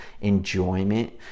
enjoyment